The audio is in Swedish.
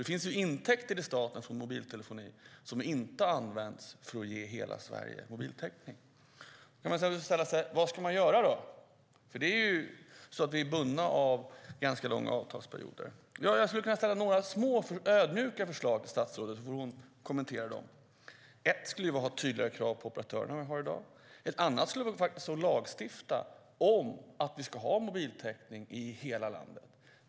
Det finns alltså intäkter till staten från mobiltelefonin som inte har använts för att ge hela Sverige mobiltäckning. Vad ska man göra då? Jag vill ge några små, ödmjuka förslag till statsrådet, så får hon kommentera dem. Ett förslag är att ha tydligare krav på operatörerna än vad vi har i dag. Ett annat är att lagstifta om att vi ska ha mobiltäckning i hela landet.